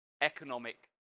economic